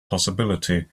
possibility